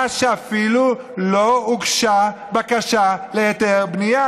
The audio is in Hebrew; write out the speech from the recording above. כשאפילו לא הוגשה בקשה להיתר בנייה.